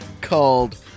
Called